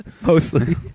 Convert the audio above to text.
Mostly